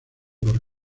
por